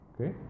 okay